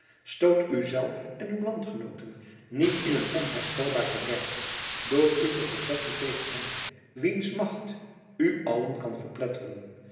u zelf en uw landgenooten niet in een onherstelbaar verderf door u te verzetten tegen hem wiens macht u allen kan verpletteren